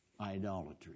idolatry